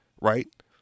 right